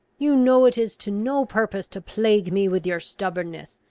you know it is to no purpose to plague me with your stubbornness.